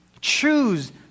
choose